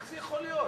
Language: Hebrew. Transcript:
איך זה יכול להיות?